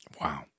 Wow